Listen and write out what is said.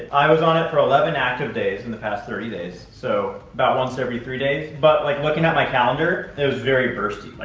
i was on it for eleven active days in the past thirty days. so about once every three days, but like looking at my calendar, it was very bursty. like,